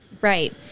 Right